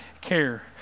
care